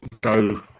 go